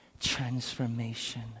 Transformation